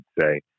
say